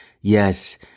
Yes